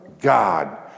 God